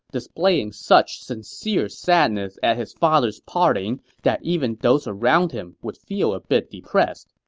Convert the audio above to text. displaying such sincere sadness at his father's parting that even those around him would feel a bit depressed.